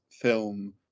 film